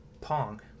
Pong